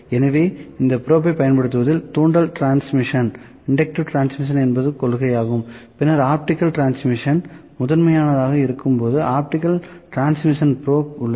எனவே இந்த ப்ரோப்பை பயன்படுத்துவதில் தூண்டல் டிரான்ஸ்மிஷன் என்பது கொள்கையாகும் பின்னர் ஆப்டிகல் டிரான்ஸ்மிஷன் முதன்மையானதாக இருக்கும்போது ஆப்டிகல் டிரான்ஸ்மிஷன் ப்ரோப் உள்ளது